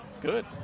Good